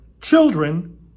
Children